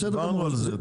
דיברנו את זה,